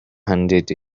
handed